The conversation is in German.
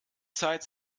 zeit